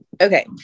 Okay